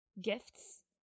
gifts